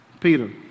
Peter